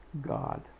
God